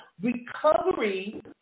Recovery